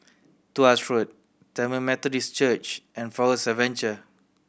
Tuas Road Tamil Methodist Church and Forest Adventure